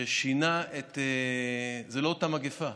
ששינה את, זו לא אותה מגפה.